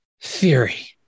Theory